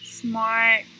smart